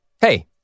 Hey